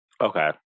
Okay